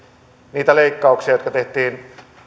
niitä leikkauksia jotka tehtiin